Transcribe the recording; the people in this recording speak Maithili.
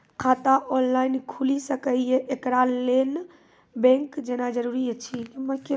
खाता ऑनलाइन खूलि सकै यै? एकरा लेल बैंक जेनाय जरूरी एछि?